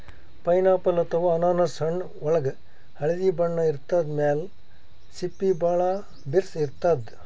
pineapple ಅಥವಾ ಅನಾನಸ್ ಹಣ್ಣ್ ಒಳ್ಗ್ ಹಳ್ದಿ ಬಣ್ಣ ಇರ್ತದ್ ಮ್ಯಾಲ್ ಸಿಪ್ಪಿ ಭಾಳ್ ಬಿರ್ಸ್ ಇರ್ತದ್